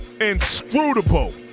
Inscrutable